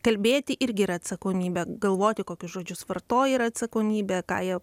kalbėti irgi yra atsakomybė galvoti kokius žodžius vartoji yra atsakomybė ką jie